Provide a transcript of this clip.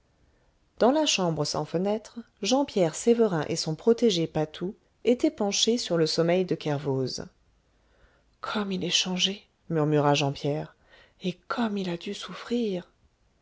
dans la chambre sans fenêtres jean pierre sévérin et son protégé patou étaient penchés sur le sommeil de kervoz comme il est changé murmura jean pierre et comme il a dû souffrir